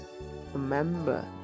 remember